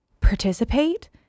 participate